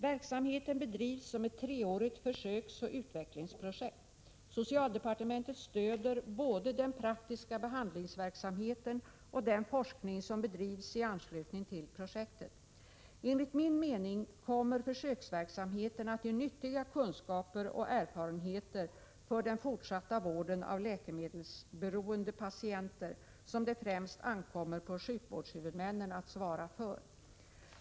Verksamheten bedrivs som ett treårigt försöksoch utvecklingsprojekt. Socialdepartementet stöder både den praktiska behandlingsverksamheten och den forskning som bedrivs i anslutning till projektet. Enligt min mening kommer försöksverksamheten att ge nyttiga kunskaper och erfarenheter för den fortsatta vården av läkemedelsberoende patienter, som det främst ankommer på sjukvårdshuvudmännen att svara för.